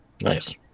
Nice